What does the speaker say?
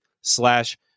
slash